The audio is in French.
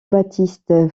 baptiste